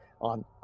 on